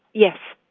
yes,